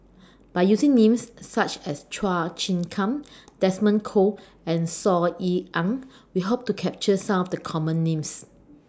By using Names such as Chua Chim Kang Desmond Kon and Saw Ean Ang We Hope to capture Some of The Common Names